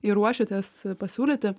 ir ruošiatės pasiūlyti